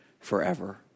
forever